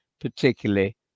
particularly